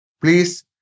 Please